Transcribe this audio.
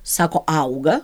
sako auga